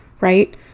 right